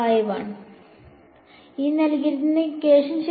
phi 1